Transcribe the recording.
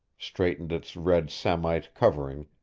straightened its red samite covering,